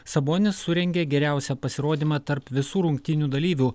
sabonis surengė geriausią pasirodymą tarp visų rungtynių dalyvių